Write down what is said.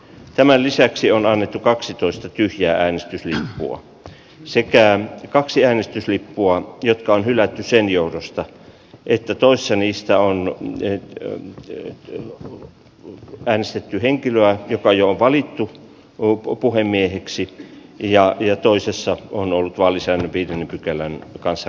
tämä lisäksi on annettu kaksitoista tyhjää äänesti huo siipiään kaksi äänestyslippua kirkkaan hylätä sen johdosta että toisen niistä on se että sille on äänestetty henkilö joka jo valittu loppupuhemieheksi ja jo toisessa on ollut valisen viidennen pykälän luetaan